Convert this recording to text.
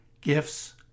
gifts